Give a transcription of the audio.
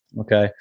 Okay